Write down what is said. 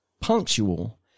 punctual